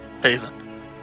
Haven